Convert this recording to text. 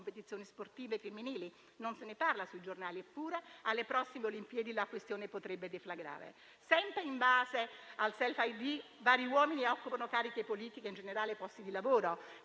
competizioni sportive femminili. Non se ne parla sui giornali, eppure alle prossime Olimpiadi la questione potrebbe deflagrare. Sempre in base al *self-id*, vari uomini occupano cariche politiche e, in generale, posti di lavoro